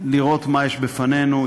לראות מה יש בפנינו,